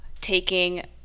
taking